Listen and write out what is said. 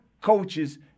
coaches